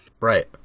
Right